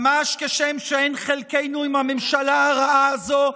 ממש כשם שאין חלקנו עם הממשלה הרעה הזאת,